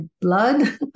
blood